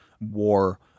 war